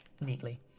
neatly